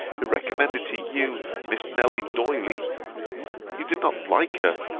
who recommended to you miss nelly d'oily you did not like her,